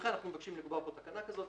לכן אנחנו מבקשים לקבוע תקנה כזו,